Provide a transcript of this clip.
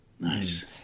Nice